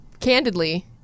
candidly